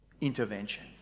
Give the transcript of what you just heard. intervention